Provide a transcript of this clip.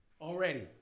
Already